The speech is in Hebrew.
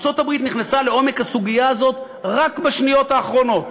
וארצות-הברית נכנסה לעומק הסוגיה הזאת רק בשניות האחרונות,